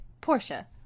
Portia